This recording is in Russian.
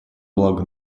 благо